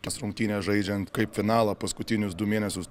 tas rungtynes žaidžiant kaip finalą paskutinius du mėnesius